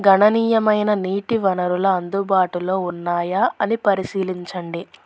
గణనియ్యమైన నీటి వనరుల అందుబాటులో ఉన్నాయా అని పరిశీలించండి